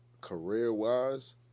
career-wise